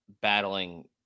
battling